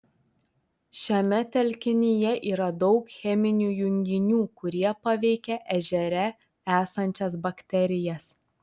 šiame telkinyje yra daug cheminių junginių kurie paveikia ežere esančias bakterijas